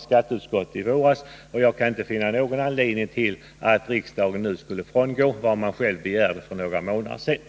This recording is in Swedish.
skatteutskottet gjorde i våras. Jag kan inte finna någon anledning till att riksdagen nu skulle frångå vad man själv för några månader sedan begärde.